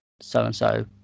so-and-so